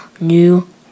new